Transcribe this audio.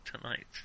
tonight